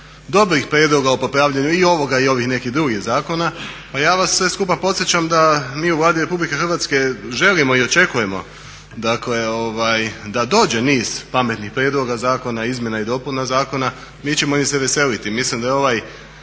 dobrih prijedloga o popravljanju i ovoga i ovih nekih drugih zakona. Pa ja vas sve skupa podsjećam da mi u Vladi Republike Hrvatske želimo i očekujemo dakle da dođe niz pametnih prijedloga zakona, izmjena i dopuna zakona, mi ćemo im se veseliti.